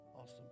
Awesome